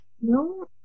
No